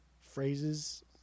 phrases